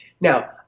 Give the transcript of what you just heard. Now